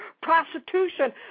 prostitution